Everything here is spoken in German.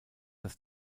das